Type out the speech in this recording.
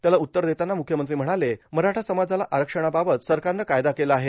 त्याला उत्तर देताना मुख्यमंत्री म्हणाले मराठा समाजाला आरक्षणाबाबत सरकारनं कायदा केला आहे